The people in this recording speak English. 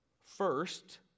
First